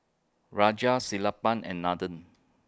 Raja Sellapan and Nathan